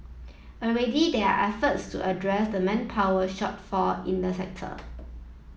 already there are efforts to address the manpower shortfall in the sector